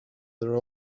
there